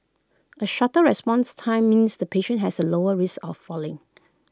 A shorter response time means the patient has A lower risk of falling